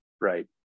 right